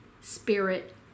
Spirit